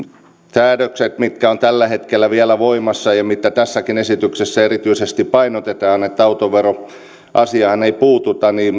mitkä ovat tällä hetkellä vielä voimassa ja tässäkin esityksessä erityisesti painotetaan että autoveroasiaan ei puututa